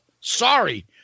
Sorry